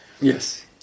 Yes